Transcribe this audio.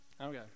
Okay